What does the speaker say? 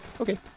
okay